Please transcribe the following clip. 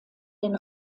den